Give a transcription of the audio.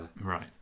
Right